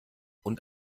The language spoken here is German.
und